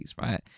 right